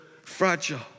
fragile